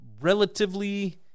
relatively